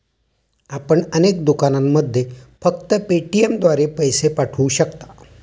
आपण अनेक दुकानांमध्ये फक्त पेटीएमद्वारे पैसे पाठवू शकता